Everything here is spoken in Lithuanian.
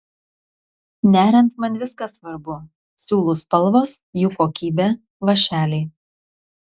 neriant man viskas svarbu siūlų spalvos jų kokybė vąšeliai